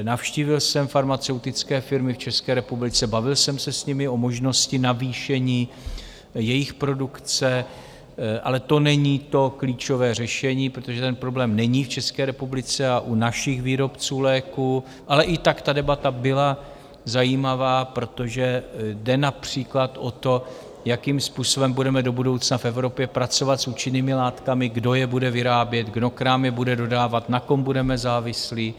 Navštívil jsem farmaceutické firmy v České republice, bavil jsem se s nimi o možnosti navýšení jejich produkce, ale to není to klíčové řešení, protože ten problém není v České republice a u našich výrobců léků, ale i tak ta debata byla zajímavá, protože jde například o to, jakým způsobem budeme do budoucna v Evropě pracovat s účinnými látkami, kdo je bude vyrábět, kdo k nám je bude dodávat, na kom budeme závislí.